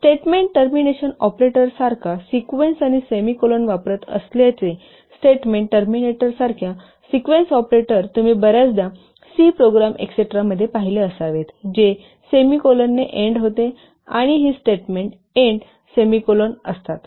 statement termination operator सारखा sequence आपण semicolon वापरत असल्याचे स्टेटमेंट टर्मिनेटर सारख्या सीक्वेन्स ऑपरेटर तुम्ही बर्याचदा सी प्रोग्राम एस्टेरा मध्ये पाहिले असावेत जे सेमीकोलन ने एन्ड होते आणि ही स्टेटमेन्ट एन्ड सेमीकोलन असतात